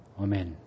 Amen